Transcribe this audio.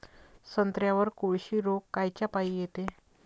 संत्र्यावर कोळशी रोग कायच्यापाई येते?